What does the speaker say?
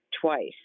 twice